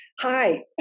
hi